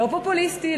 לא פופוליסטי,